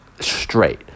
straight